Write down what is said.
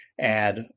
add